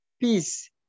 peace